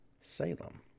Salem